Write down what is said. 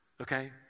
okay